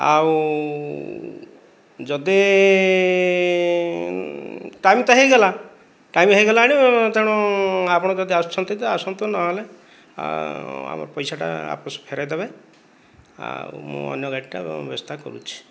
ଆଉ ଯଦି ଟାଇମ ତ ହେଇଗଲା ଟାଇମ ହେଇଗଲାଣି ତେଣୁ ଆପଣ ଯଦି ଆସୁଛନ୍ତି ତ ଆସନ୍ତୁ ନହେଲେ ଆମର ପଇସାଟା ଆପସ ଫେରେଇ ଦେବେ ଆଉ ମୁଁ ଅନ୍ୟ ଗାଡ଼ିଟା ବ୍ୟବସ୍ଥା କରୁଛି